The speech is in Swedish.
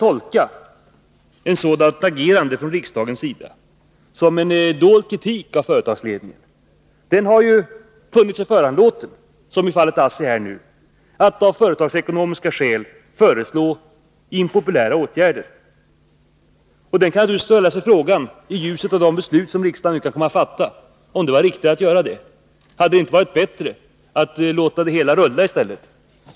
tolka ett sådant agerande från riksdagens sida som en dold kritik av företagsledningen. Den har funnit sig föranlåten, som i fallet ASSI, att av företagsekonomiska skäl föreslå impopulära åtgärder. Man kan naturligtvis — iljuset av det beslut som riksdagen nu kan komma att fatta — ställa sig frågan om det var riktigt att göra ett ingripande. Hade det inte varit bättre att låta det hela rulla i stället?